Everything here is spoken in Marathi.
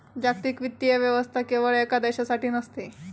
जागतिक वित्तीय व्यवस्था केवळ एका देशासाठी नसते